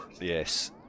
Yes